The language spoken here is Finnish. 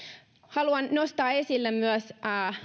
haluan nostaa esille myös